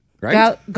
right